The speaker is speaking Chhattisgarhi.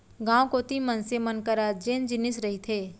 गाँव कोती मनसे मन करा जेन जिनिस रहिथे